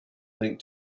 linked